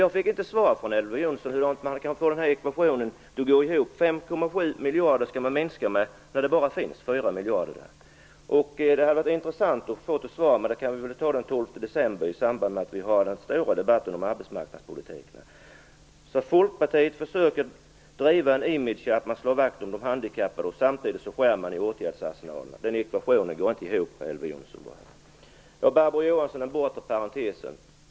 Jag fick inte svar från Elver Jonsson på hur man kan få ekvationen att gå ihop, när man minskar med 5,7 miljarder kronor och det bara finns 4 miljarder kronor. Det hade varit intressant att få ett svar. Men det kanske jag kan få den Folkpartiet försöker att driva imagen att man slår vakt om de handikappade samtidigt som man skär ned åtgärdsanslagen. Den ekvationen går inte ihop, Elver Barbro Johansson frågade om den bortre parentesen.